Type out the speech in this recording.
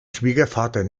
schwiegervater